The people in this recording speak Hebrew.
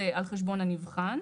זה על חשבון הנבחן.